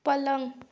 पलंग